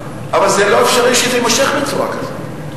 אבל זה לא אפשרי שזה יימשך בצורה כזו.